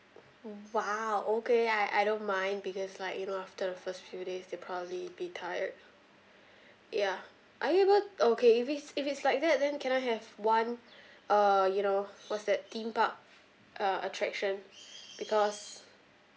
!wow! okay I I don't mind because like you know after the first few days they'll probably be tired ya are you able okay if it's if it's like that then can I have one uh you know what's that theme park uh attraction because